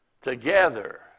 Together